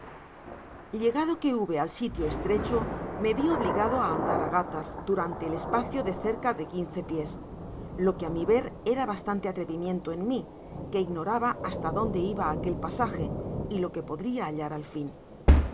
llegado ique hube al sitio estrecho me vi obligado á andar á gatas durante el espacio de eerca de quince pies lo que á mi ver era bastante atrevimiento en mi que ignoraba hasta donde iba aquel pasaje y lo que podria bailar al fin